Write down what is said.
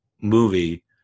movie